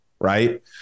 right